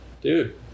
Dude